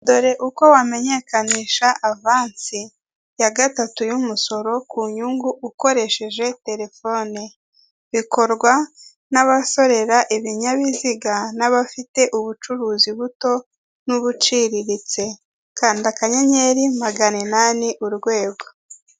Dore uko bamenyekanisha avansi ya gatatu y'umusoro ku nyungu ukoresheje telefone, bikorwa n'abasorera ibinyabiziga n'abafite ubucuruzi buto n'ubuciriritse kanda akanyenyeri magana inani, urwego.